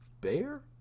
bear